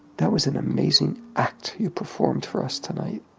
that was an amazing act you performed for us tonight.